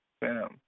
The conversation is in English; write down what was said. bam